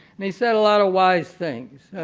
and he said a lot of wise things.